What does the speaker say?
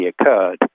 occurred